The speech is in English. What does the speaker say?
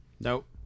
Nope